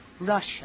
Russia